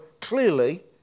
clearly